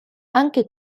anche